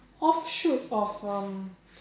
off shoot of um